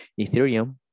Ethereum